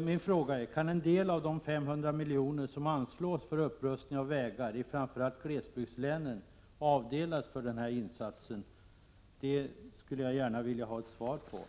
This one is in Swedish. Min fråga är: Kan en del av de 500 milj.kr. som anslås för upprustning av vägar i framför allt glesbygdslänen avdelas för denna insats? Jag skulle gärna vilja ha ett svar på